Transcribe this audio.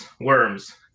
Worms